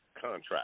contract